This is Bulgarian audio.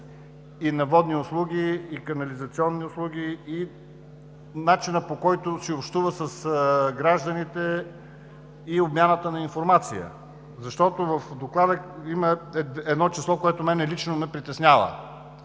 на водни и канализационни услуги и начинът, по който се общува с гражданите, и обмяната на информация. Защото в Доклада има едно число, което мен лично ме притеснява.